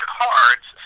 cards